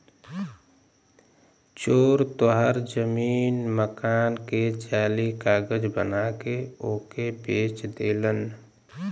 चोर तोहार जमीन मकान के जाली कागज बना के ओके बेच देलन